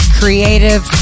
creative